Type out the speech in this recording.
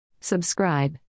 Subscribe